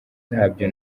ntabyo